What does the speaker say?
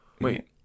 Wait